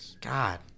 God